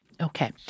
Okay